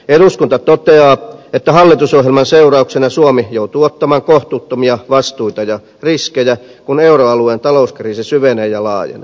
eduskunta toteaa että hallitusohjelman seurauksena suomi joutuu ottamaan kohtuuttomia vastuita ja riskejä kun euroalueen talouskriisi syvenee ja laajenee